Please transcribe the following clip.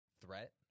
threat